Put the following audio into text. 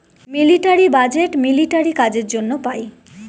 military budget military কাজের জন্য পাই